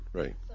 right